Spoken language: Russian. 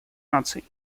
наций